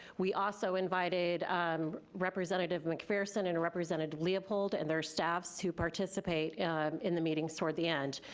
we also invited um representative mcpherson and representative leopold and their staffs to participate in the meetings toward the end.